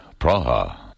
Praha